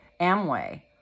Amway